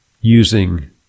using